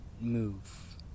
move